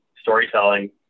storytelling